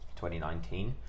2019